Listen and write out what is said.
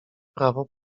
prawo